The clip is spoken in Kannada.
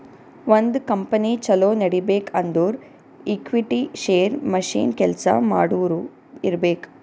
ಒಂದ್ ಕಂಪನಿ ಛಲೋ ನಡಿಬೇಕ್ ಅಂದುರ್ ಈಕ್ವಿಟಿ, ಶೇರ್, ಮಷಿನ್, ಕೆಲ್ಸಾ ಮಾಡೋರು ಇರ್ಬೇಕ್